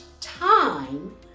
time